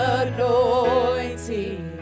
anointing